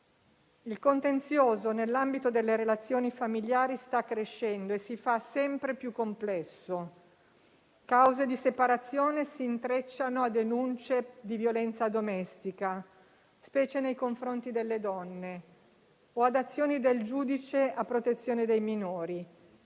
Il contenzioso nell'ambito delle relazioni familiari sta crescendo e si fa sempre più complesso: cause di separazione si intrecciano a denunce di violenza domestica, specialmente nei confronti delle donne, o ad azioni del giudice a protezione dei minori.